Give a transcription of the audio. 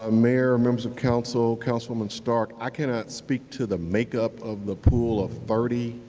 ah mayor, members of council, councilwoman stark, i cannot speak to the makeup of the pool of thirty.